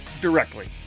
directly